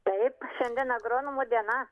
taip šiandien agronomų diena